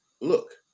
look